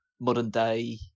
modern-day